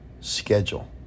schedule